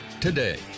today